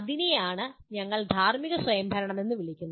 അതിനെയാണ് ഞങ്ങൾ ധാർമ്മിക സ്വയംഭരണം എന്ന് വിളിക്കുന്നത്